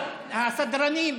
סדרנים,